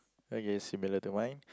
okay similar to mine